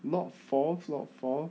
not false not false